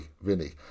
Vinny